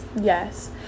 Yes